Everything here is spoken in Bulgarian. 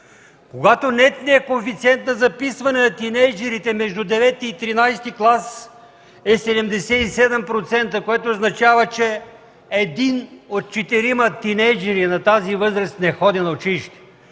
когато нетният коефициент на записване на тийнейджърите между ІХ и ХІІІ клас е 77%, което означава, че един от четирима тийнейджъри на тази възраст не ходи на училище.